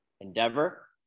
endeavor